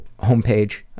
homepage